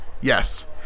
Yes